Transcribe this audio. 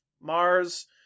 Mars